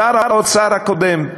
שר האוצר הקודם,